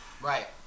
right